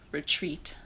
retreat